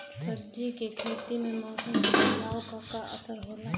सब्जी के खेती में मौसम के बदलाव क का असर होला?